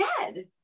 dead